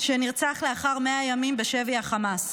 שנרצח לאחר 100 ימים בשבי החמאס.